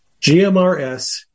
GMRS